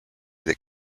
that